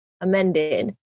amended